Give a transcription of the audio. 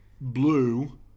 Blue